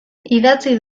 idatzi